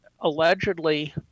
allegedly